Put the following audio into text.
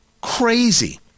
crazy